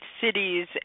cities